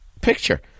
picture